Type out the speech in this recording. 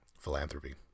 Philanthropy